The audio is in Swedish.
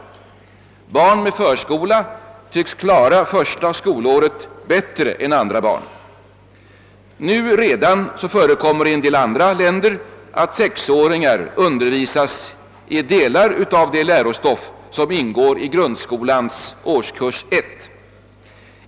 Likaså tycks barn med förskola klara första skolåret bättre än andra barn. Redan nu förekommer det i en del andra länder att sexåringar undervisas i delar av det lärostoff som ingår i grundskolans årskurs 1.